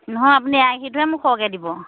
নহয় আপুনি এৱা গাখীৰটোহে মোক সৰহকৈ দিব